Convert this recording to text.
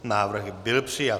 Návrh byl přijat.